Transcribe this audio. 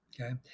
okay